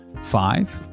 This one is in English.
five